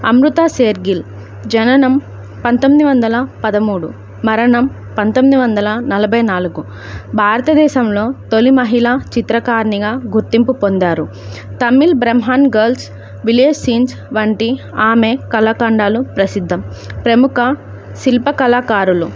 అమృతా షేర్ గిల్ జననం పంతొమ్మిది వందల పదమూడు మరణం పంతొమ్మిది వందల నలభై నాలుగు భారతదేశంలో తొలి మహిళ చిత్రకారిణిగా గుర్తింపు పొందారు తమిళ బ్రాహ్మణ్ గర్ల్స్ విలేజ్ సీన్స్ వంటి ఆమె కళాఖండాలు ప్రసిద్ధం ప్రముఖ శిల్ప కళాకారులు